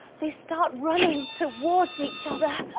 they start running towards each other,